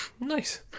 Nice